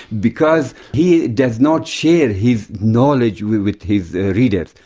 because he does not share his knowledge with with his readers.